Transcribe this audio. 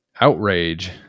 outrage